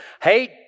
hate